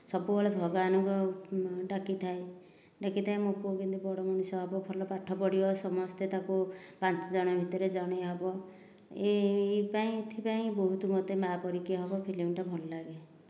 ସବୁବେଳେ ଭଗବାନଙ୍କୁ ଡାକିଥାଏ ଡାକିଥାଏ ମୋ ପୁଅ କେମିତି ବଡ଼ ମଣିଷ ହେବ ଭଲ ପାଠ ପଢ଼ିବ ସମସ୍ତେ ତାକୁ ପାଞ୍ଚ ଜଣଙ୍କ ଭିତରେ ଜଣେ ହେବ ଏ ଏହିପାଇଁ ଏଥିପାଇଁ ବହୁତ ମୋତେ ମା' ପରି କିଏ ହେବ ଫିଲ୍ମଟା ଭଲ ଲାଗେ